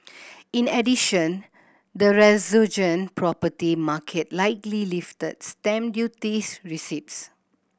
in addition the resurgent property market likely lifted stamp duties receipts